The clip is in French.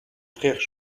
frères